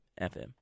FM